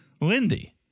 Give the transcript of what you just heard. lindy